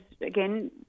again